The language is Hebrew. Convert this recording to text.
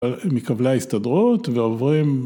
מקבלה הסתדרות ועוברים